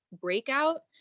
breakout